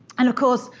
and, of course,